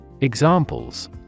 Examples